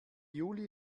juli